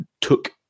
took